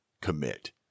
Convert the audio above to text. commit